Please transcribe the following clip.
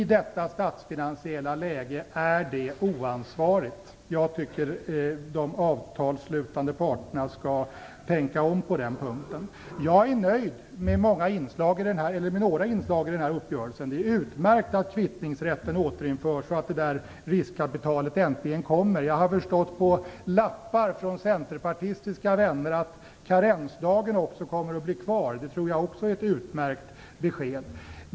I detta statsfinansiella läge är det oansvarigt. Jag tycker att de avtalsslutande parterna skall tänka om på den punkten. Jag är nöjd med några inslag i den här uppgörelsen. Det är utmärkt att kvittningsrätten återinförs och att det där riskkapitalet äntligen kommer. Av lappar från centerpartistiska vänner har jag också förstått att karensdagen kommer att bli kvar - det tror jag också är ett utmärkt besked.